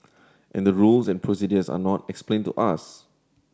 and the rules and are not explained to us